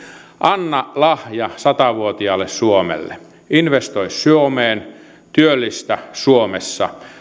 anna lahja satavuotiaalle suomelle investoi suomeen työllistä suomessa